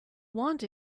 want